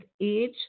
age